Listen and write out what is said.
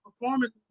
performance